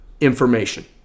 information